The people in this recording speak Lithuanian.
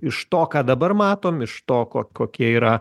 iš to ką dabar matom iš to ko kokie yra